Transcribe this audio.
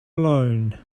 alone